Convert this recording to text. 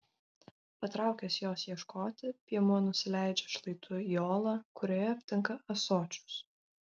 patraukęs jos ieškoti piemuo nusileidžia šlaitu į olą kurioje aptinka ąsočius